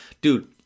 Dude